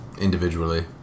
individually